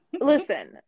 listen